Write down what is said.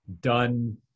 done